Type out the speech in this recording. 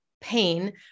pain